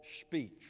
speech